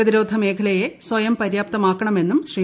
പ്രതരോധ മേഖലയെ സ്വയം പര്യാപ്തമാക്കണമെന്നും ശ്രീ